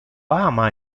ama